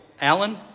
Alan